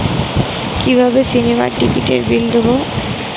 কিভাবে সিনেমার টিকিটের বিল দেবো?